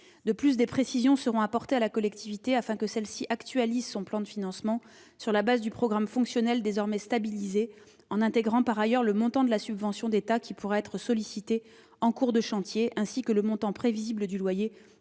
ailleurs, des précisions seront apportées à la collectivité afin qu'elle puisse actualiser son plan de financement sur la base du programme fonctionnel désormais stabilisé, en intégrant le montant de la subvention d'État qui pourra être sollicitée en cours de chantier ainsi que le montant prévisible du loyer